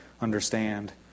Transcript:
understand